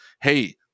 Hey